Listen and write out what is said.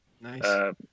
Nice